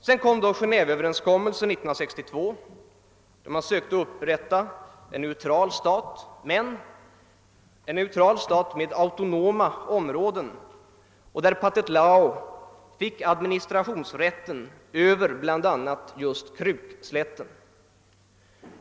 Sedan kom då Genetveöverenskommeilsen 1962, då man sökte upprätta en neutral stat men med autonoma områden, där Pathet Lao fick administrationsrätten över bl.a. just Krukslätten.